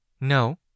No